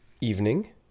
evening